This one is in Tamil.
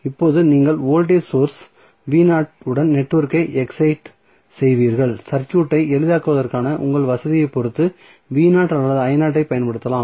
இப்போது நீங்கள் வோல்டேஜ் சோர்ஸ் உடன் நெட்வொர்க்கை எக்சைட் செய்வீர்கள் சர்க்யூட்டை எளிதாக்குவதற்கான உங்கள் வசதியைப் பொறுத்து அல்லது ஐப் பயன்படுத்தலாம்